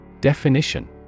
Definition